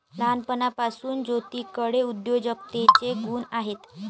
लहानपणापासून ज्योतीकडे उद्योजकतेचे गुण आहेत